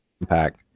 impact